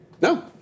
No